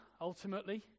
ultimately